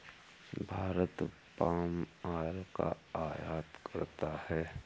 Bharat palm oil का आयात करता है